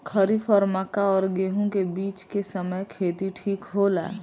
खरीफ और मक्का और गेंहू के बीच के समय खेती ठीक होला?